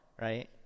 right